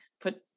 Put